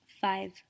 five